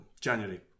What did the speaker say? January